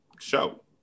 show